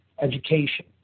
education